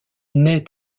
naît